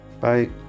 Bye